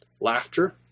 laughter